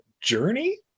Journey